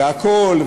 והכול,